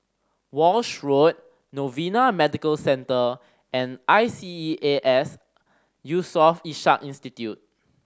Walshe Road Novena Medical Centre and I S E A S Yusof Ishak Institute